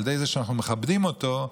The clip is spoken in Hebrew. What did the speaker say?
על ידי זה שאנחנו מכבדים אותו,